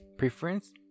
Preference